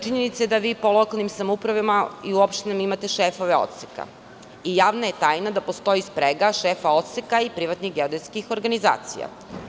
Činjenica je da vi po lokalnim samoupravama i opštinama imate šefove odseka i javna je tajna da postoji sprega šefova odseka i privatnih geodetskih organizacija.